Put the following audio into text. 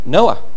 Noah